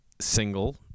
single